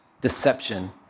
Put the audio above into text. deception